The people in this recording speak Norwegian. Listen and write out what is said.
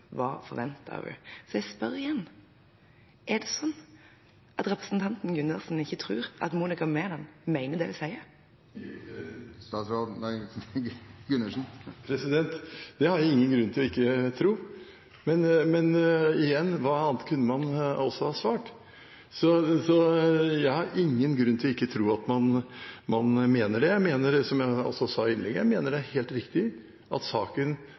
Hva annet skulle hun si? Og han sier nå i svaret til meg at hun ikke hadde noe annet valg, og at hun bare svarte det som var forventet av henne. Så jeg spør igjen: Er det slik at representanten Gundersen ikke tror at Monica Mæland mener det hun sier? Det har jeg ingen grunn til ikke å tro. Men igjen: Hva annet kunne man altså ha svart? Jeg har ingen grunn til ikke å tro at man mener det. Som jeg også